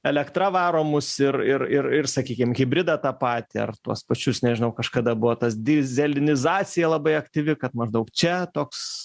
elektra varomus ir ir ir ir sakykim hibridą tą patį ar tuos pačius nežinau kažkada buvo tas dyzelinizacija labai aktyvi kad maždaug čia toks